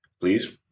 please